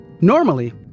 Normally